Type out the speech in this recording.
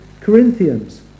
Corinthians